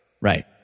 Right